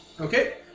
Okay